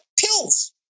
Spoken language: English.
pills